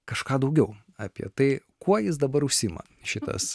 kažką daugiau apie tai kuo jis dabar užsiima šitas